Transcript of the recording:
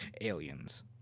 Aliens